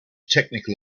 technical